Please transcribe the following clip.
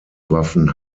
waffen